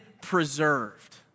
preserved